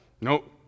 Nope